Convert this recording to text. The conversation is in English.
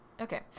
Okay